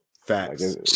Facts